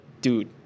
dude